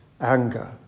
anger